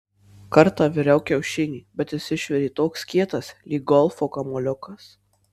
kartą viriau kiaušinį bet jis išvirė toks kietas lyg golfo kamuoliukas